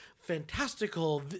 fantastical